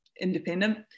independent